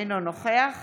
אינו נוכח